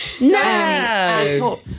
No